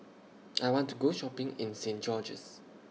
I want to Go Shopping in Saint George's